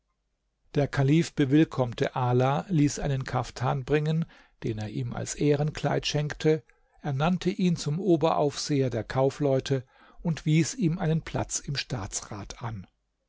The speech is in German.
der kalif bewillkommte ala ließ einen kaftan bringen den er ihm als ehrenkleid schenkte ernannte ihn zum oberaufseher der kaufleute und wies ihm einen platz im staatsrat an